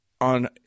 on